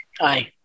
Aye